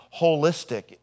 holistic